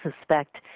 suspect